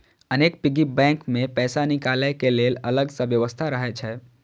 अनेक piggy bank मे पैसा निकालै के लेल अलग सं व्यवस्था रहै छै